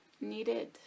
needed